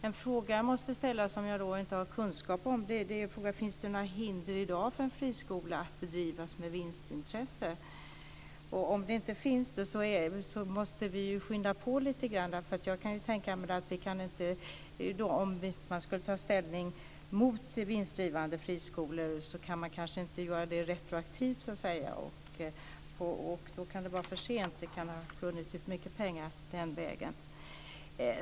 En fråga jag måste ställa, som jag inte har kunskap om, är: Finns det några hinder i dag för att bedriva en friskola med vinstintresse? Om det inte finns det måste vi skynda på lite grann. Om man skulle ta ställning mot vinstdrivande friskolor kan man kanske inte göra det retroaktivt, så att säga. Då kan det vara för sent. Det kan ha runnit ut mycket pengar den vägen.